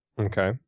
Okay